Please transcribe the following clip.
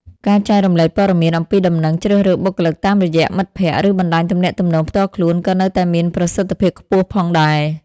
ការចែករំលែកព័ត៌មានអំពីដំណឹងជ្រើសរើសបុគ្គលិកតាមរយៈមិត្តភ័ក្តិ ឬបណ្តាញទំនាក់ទំនងផ្ទាល់ខ្លួនក៏នៅតែមានប្រសិទ្ធភាពខ្ពស់ផងដែរ។